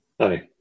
Hi